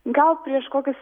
gal prieš kokius